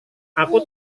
aku